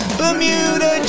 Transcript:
bermuda